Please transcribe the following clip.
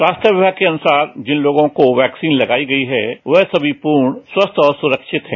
स्वास्थ्य विभाग के अनुसार जिन लोगों को वैक्सीन लगाई गई वह सभी पूर्ण स्वस्थ और सुरक्षित है